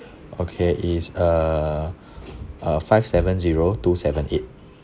okay it's uh uh five seven zero two seven eight